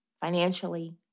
financially